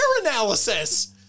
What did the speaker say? analysis